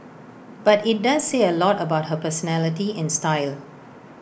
but IT does say A lot about her personality and style